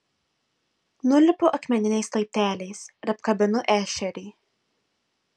nulipu akmeniniais laipteliais ir apkabinu ešerį